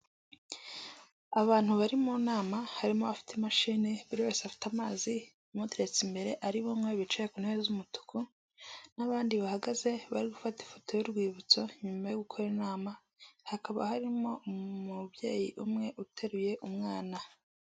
Abantu bari mu nama harimo abafite imashini, buri wese afite amazi amuteretse imbere hariho bamwe bicaye ku ntebe z'umutuku n'abandi bahagaze bari gufata ifoto y'urwibutso, nyuma yo gukora inama hakaba harimo umubyeyi umwe uteruye umwana.